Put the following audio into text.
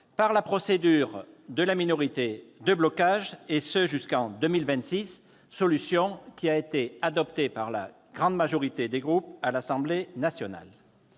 la procédure de la minorité de blocage, et ce jusqu'en 2026. Telle est la solution qui a été adoptée par la grande majorité des groupes à l'Assemblée nationale.